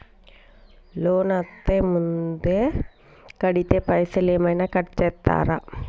Loan అత్తే ముందే కడితే పైసలు ఏమైనా కట్ చేస్తరా?